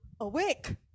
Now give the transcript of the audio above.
awake